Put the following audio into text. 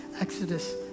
Exodus